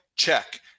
Check